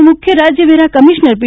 ના મુખ્ય રાજ્ય વેરા કમિશ્નર પી